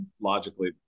logically